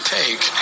take